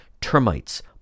termites